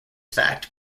fact